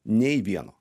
nei vieno